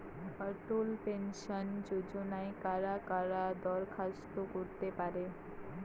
অটল pension যোজনায় কারা কারা দরখাস্ত করতে পারে?